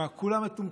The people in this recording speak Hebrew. מה, כולם מטומטמים,